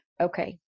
okay